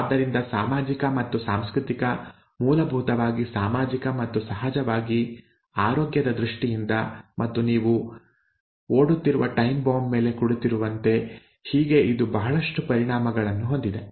ಆದ್ದರಿಂದ ಸಾಮಾಜಿಕ ಮತ್ತು ಸಾಂಸ್ಕೃತಿಕ ಮೂಲಭೂತವಾಗಿ ಸಾಮಾಜಿಕ ಮತ್ತು ಸಹಜವಾಗಿ ಆರೋಗ್ಯದ ದೃಷ್ಟಿಯಿಂದ ಮತ್ತು ನೀವು ಓಡುತ್ತಿರುವ ಟೈಮ್ ಬಾಂಬ್ ಮೇಲೆ ಕುಳಿತಿರುವಂತೆ ಹೀಗೆ ಇದು ಬಹಳಷ್ಟು ಪರಿಣಾಮಗಳನ್ನು ಹೊಂದಿದೆ